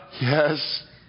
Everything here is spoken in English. Yes